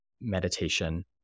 meditation